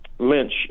Lynch